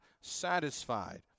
satisfied